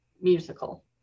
musical